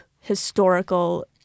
historical